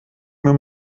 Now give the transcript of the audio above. mir